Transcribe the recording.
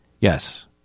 Yes